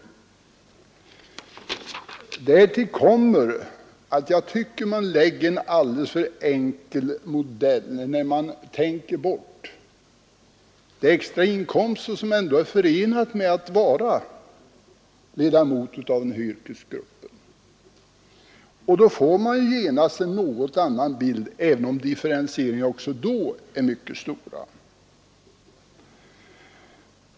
Därtill kommer att man enligt min åsikt använder sig av en alldeles för enkel modell när man tänker bort de extrainkomster som de som tillhör den här ”yrkesgruppen” har. Tar man med dessa extrainkomster i beräkningen får man genast en annan bild, även om differentieringen även då är mycket stor.